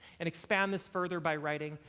and expand this further by writing,